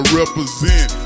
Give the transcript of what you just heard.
represent